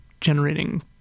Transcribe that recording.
generating